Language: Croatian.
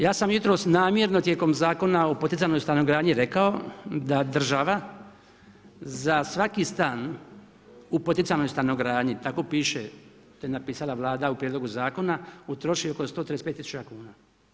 Ja sam jutros namjerno tijekom Zakona o poticajnoj stanogradnji rekao da država za svaki stan u poticajnoj stanogradnji, tako piše, to je napisala Vlada u prijedlogu zakona, utroši oko 135 000 kuna.